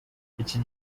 iki